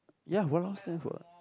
ya !walao! stand for what